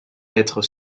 être